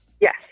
Yes